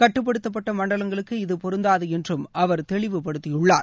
கட்டுப்படுத்தப்பட்ட மண்டலங்களுக்கு இது பொருந்தாது என்றும் அவர் தெளிவுபடுத்தியுள்ளார்